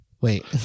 Wait